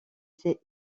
ces